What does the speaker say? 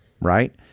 right